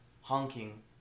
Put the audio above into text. honking